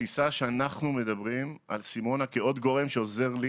בתפיסה שאנחנו מדברים על סימונה כעוד גורם שעוזר לי